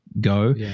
go